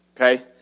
Okay